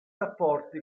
rapporti